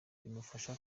bimufasha